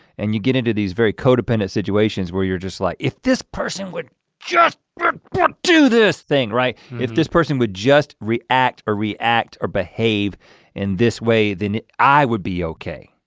and you get into these very codependent situations where you're just like, if this person would just yeah do this thing right. mm-hmm. if this person would just react or react or behave in this way, then i would be okay.